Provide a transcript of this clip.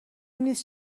نیست